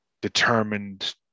determined